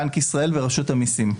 בנק ישראל ורשות המיסים.